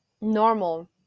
normal